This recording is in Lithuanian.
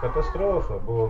katastrofa buvo